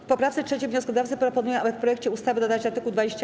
W poprawce 3. wnioskodawcy proponują, aby w projekcie ustawy dodać art. 21a.